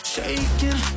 Shaking